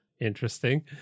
Interesting